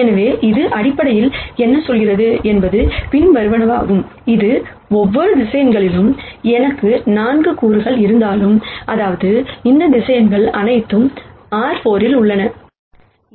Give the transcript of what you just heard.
எனவே இது அடிப்படையில் என்ன சொல்கிறது என்பது பின்வருவனவாகும் இது ஒவ்வொரு வெக்டர்ஸ் எனக்கு 4 கூறுகள் இருந்தாலும் அதாவது இந்த வெக்டர்ஸ் அனைத்தும் R4 இல் உள்ளன